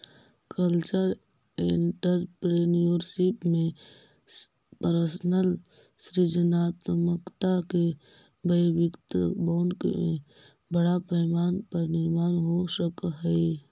cultural entrepreneurship में personal सृजनात्मकता के वैयक्तिक ब्रांड के बड़ा पैमाना पर निर्माण हो सकऽ हई